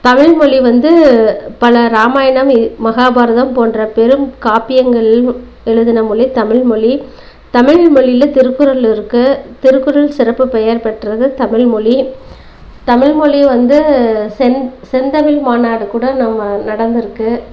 தமிழ்மொலி வந்து பல இராமாயணம் மகாபாரதம் போன்ற பெருங்காப்பியங்களையும் எழுதின மொழி தமிழ்மொலி தமில்மொழில திருக்குறள் இருக்குது திருக்குறள் சிறப்பு பெயர் பெற்றது தமில்மொழி தமில்மொழி வந்து செந் செந்தமிழ் மாநாடு கூட நம்ம நடந்திருக்கு